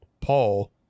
Paul